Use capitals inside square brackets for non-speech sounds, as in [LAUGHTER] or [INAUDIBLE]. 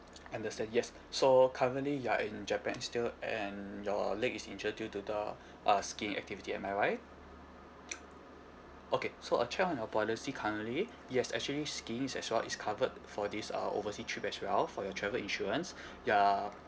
understand yes so currently you are in japan still and your leg is injured due to the uh skiing activity am I right [NOISE] okay so I check on your policy currently yes actually skiing as well is covered for this uh oversea trip as well for your travel insurance [BREATH] uh